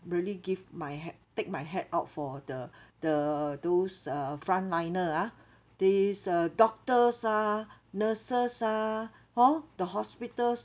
really give my ha~ take my hat out for the the those uh frontliner ah these uh doctors ah nurses ah hor the hospitals